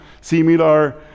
similar